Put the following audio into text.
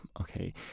Okay